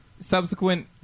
Subsequent